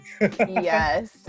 Yes